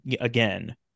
again